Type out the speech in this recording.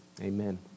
amen